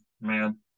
Man